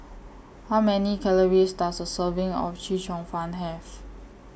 How Many Calories Does A Serving of Chee Cheong Fun Have